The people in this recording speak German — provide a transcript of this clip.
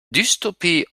dystopie